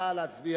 נא להצביע.